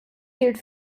gilt